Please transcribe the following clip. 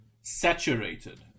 saturated